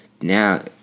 Now